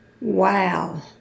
Wow